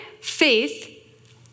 faith